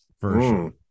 version